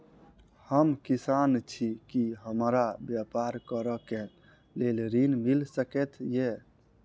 हम किसान छी की हमरा ब्यपार करऽ केँ लेल ऋण मिल सकैत ये?